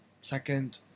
Second